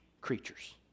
creatures